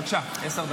בבקשה, עשר דקות.